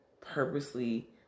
purposely